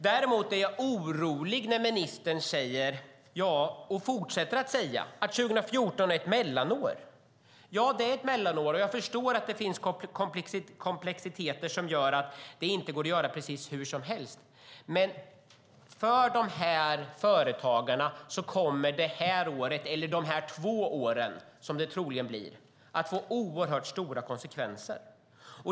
Däremot är jag orolig när ministern säger och fortsätter att säga att 2014 är ett mellanår. Ja, det är ett mellanår, och jag förstår att det finns komplexiteter som gör att det inte går att göra precis hur som helst. Men för de här företagarna kommer de här två åren, som det troligen blir, att få oerhört stora konsekvenser.